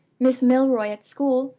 miss milroy at school,